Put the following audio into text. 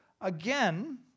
Again